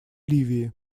ливии